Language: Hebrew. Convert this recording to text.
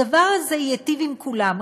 הדבר הזה ייטיב עם כולם.